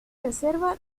reserva